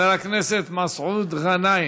חבר הכנסת מסעוד גנאים.